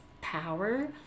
power